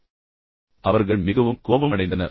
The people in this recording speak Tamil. பின்னர் அவர்கள் மிகவும் கோபமடைந்தனர்